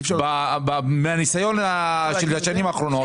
ובניסיון של השנים האחרונות,